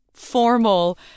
formal